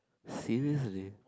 seriously